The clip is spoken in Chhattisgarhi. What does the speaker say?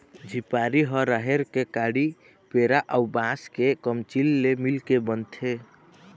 झिपारी ह राहेर के काड़ी, पेरा अउ बांस के कमचील ले मिलके बनथे